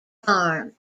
farm